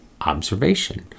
observation